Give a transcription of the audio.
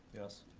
yes.